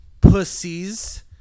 pussies